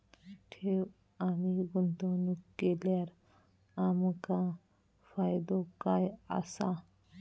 ठेव आणि गुंतवणूक केल्यार आमका फायदो काय आसा?